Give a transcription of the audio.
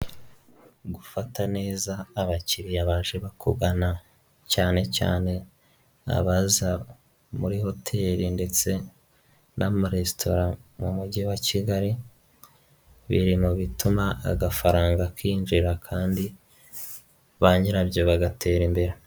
Gufata neza abakiriya baje bakugana cyane cyane abaza muri hoteri ndetse n'amaresitora mu mujyi wa Kigali, biri mu bituma agafaranga kinjira kandi banyirabyo bagatera imbere.